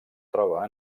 troba